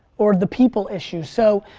or the people issue, so.